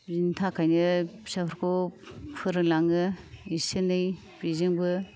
बिनि थाखायनो फिसाफोरखौ फोरोंलाङो एसे एनै बिजोंबो